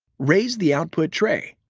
raise the output tray.